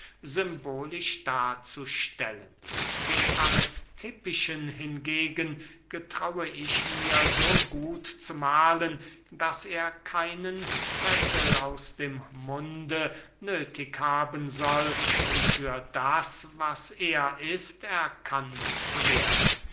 symbolisch darzustellen den aristippischen hingegen getraue ich mir so gut zu mahlen daß er keinen zettel aus dem munde nöthig haben soll um für das was er ist erkannt zu werden